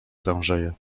tężeje